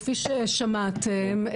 כפי ששמעתם,